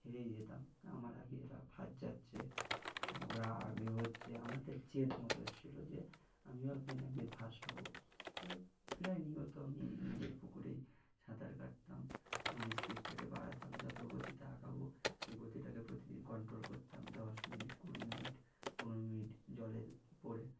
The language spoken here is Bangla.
হেরেই যেতাম আমার আগে এরা ফাজ যাচ্ছে ওরা আগে হচ্ছে আমার একটা জেদ মতো এসছিলো যে আমিও একদিন একদিন ফার্স্ট হবো বলে প্রায় নিয়ত আমি নিজের পুকুরেই সাঁতার কাটতাম আমার স্পিডটাকে বাড়াতাম যত গতিতে আঁকাবো এই গতিটাকে প্রতিদিন কন্ট্রোল করতাম দশ মিনিট কুড়ি মিনিট পনেরো মিনিট জলের উপরে